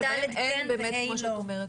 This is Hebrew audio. כמו שאת אומרת.